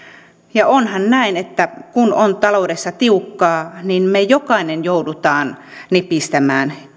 ja onhan näin että kun on taloudessa tiukkaa niin meistä jokainen joutuu nipistämään